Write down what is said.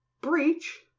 Breach